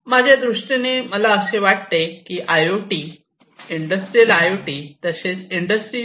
माझ्या दृष्टीने मला असे वाटते की I O T industrial I O T तसेच इंडस्ट्री 4